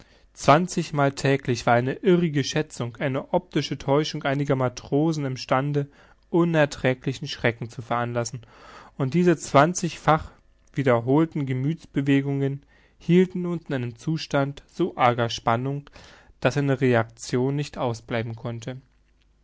zwanzigmal täglich war eine irrige schätzung eine optische täuschung einiger matrosen im stande unerträglichen schrecken zu veranlassen und diese zwanzigfach wiederholten gemüthsbewegungen hielten uns in einem zustand so arger spannung daß eine reaction nicht ausbleiben konnte